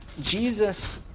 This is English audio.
Jesus